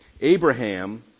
Abraham